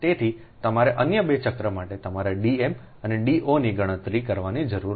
તેથી તમારે અન્ય 2 ચક્ર માટે તમારા D m અને D ઓની ગણતરી કરવાની જરૂર નથી